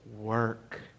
work